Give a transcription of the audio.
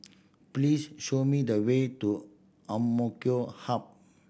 please show me the way to Hub